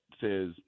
says